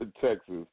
Texas